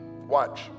Watch